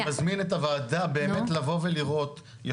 אני מזמין את הוועדה באמת לבוא ולראות.